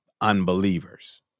unbelievers